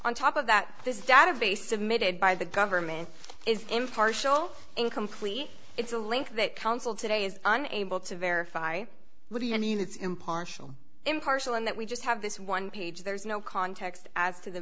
on top of that this database submitted by the government is impartial incomplete it's a link that council today is unable to verify would be i mean it's impartial impartial and that we just have this one page there's no context as to the